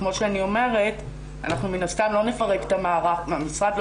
זה כמו שאני אומרת אנחנו מן הסתם המשרד לא